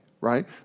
right